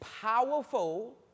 powerful